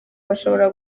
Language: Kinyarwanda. bashobora